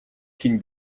can